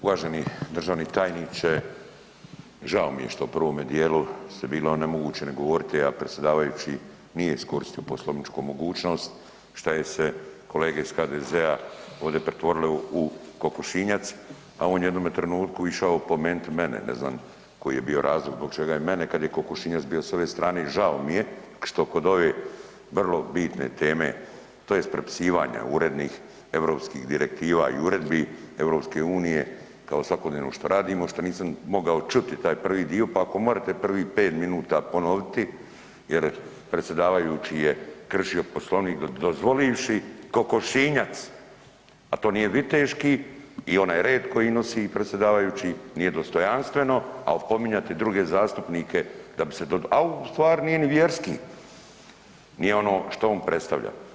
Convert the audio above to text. Uvaženi državni tajniče, žao mi je što u prvome dijelu ste bili onemogućeni govoriti, a predsjedavajući nije iskoristio poslovničku mogućnost šta je se kolege iz HDZ-a ovdje pretvorile u kokošinjac, a on u jednome trenutku išao opomenuti mene, ne znam koji je bio razlog, zbog čega je mene kad je kokošinjac bio s ove strane i žao mi je što kod ove vrlo bitne teme tj. prepisivanja urednih europskih direktiva i uredbi EU kao svakodnevno što radimo što nisam mogao čuti taj prvi dio, pa ako morete prvih 5 minuta ponoviti jer je predsjedavajući je kršio Poslovnik dozvolivši kokošinjac, a to nije viteški i onaj red koji nosi predsjedavajući nije dostojanstveno, a opominjati druge zastupnike da bi se, a u stvari nije ni vjerski, nije ono što on predstavlja.